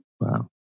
Wow